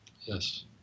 Yes